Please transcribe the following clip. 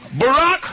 Barack